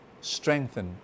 strengthen